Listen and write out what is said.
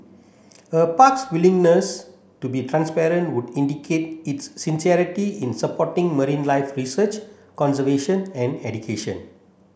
a park's willingness to be transparent would indicate its sincerity in supporting marine life research conservation and education